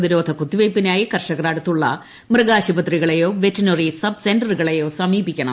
പ്രതിരോധ കുത്തിവയ്പിനായി കർഷകർ അടുത്തുള്ള മൃഗാശുപത്രികളെയോ വെറ്ററിനറി സബ്സെന്റുകളെയോ സമീപിക്കണം